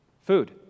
Food